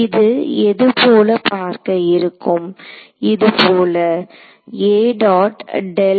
இது எது போல பார்க்க இருக்கும் இதுபோல